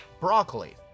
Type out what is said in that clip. Broccoli